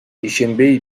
ишенбей